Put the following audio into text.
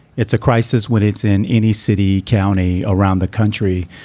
it's a crisis when it's in any city, county around the country.